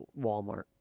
Walmart